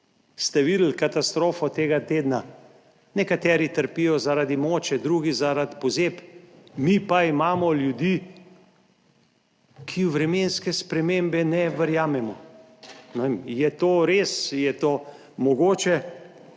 Ste videli katastrofo tega tedna? Nekateri trpijo zaradi moče, drugi zaradi pozeb, mi pa imamo ljudi, ki v vremenske spremembe ne verjamemo. Ne vem, je to res, je to mogoče?